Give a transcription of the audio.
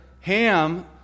Ham